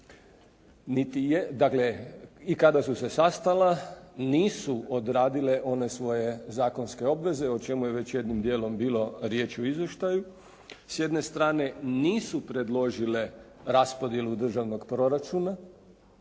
I kada su se sastala nisu odradile one svoje zakonske obveze o čemu je već jednim dijelom bilo riječ u izvještaju. S jedne strane nisu predložile raspodjelu državnog proračuna,